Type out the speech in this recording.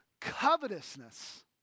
covetousness